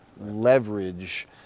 leverage